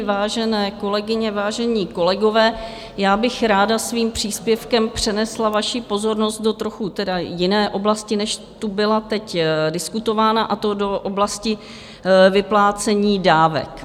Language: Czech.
Vážené kolegyně, vážení kolegové, já bych ráda svým příspěvkem přenesla vaši pozornost do trochu tedy jiné oblasti, než tu byla teď diskutována, a to do oblasti vyplácení dávek.